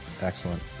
Excellent